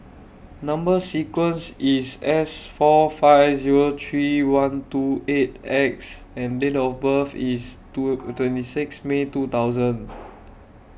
Number sequence IS S four five Zero three one two eight X and Date of birth IS two twenty six May two thousand